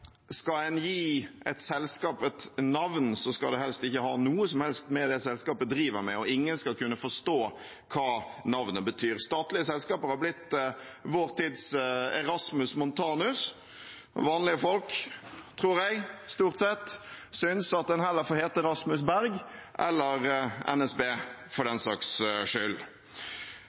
skal en gi et selskap et navn, skal det helst ikke ha noe som helst med det selskapet driver med å gjøre, og ingen skal kunne forstå hva navnet betyr. Statlige selskaper har blitt vår tids Erasmus Montanus, og vanlige folk synes stort sett, tror jeg, at en heller får hete Rasmus Berg – eller NSB, for den saks skyld.